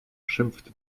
schimpfte